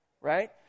right